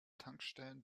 tankstellen